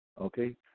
okay